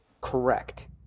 Correct